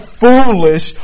foolish